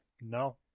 No